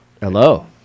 Hello